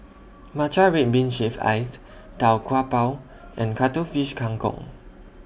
Matcha Red Bean Shaved Ice Tau Kwa Pau and Cuttlefish Kang Kong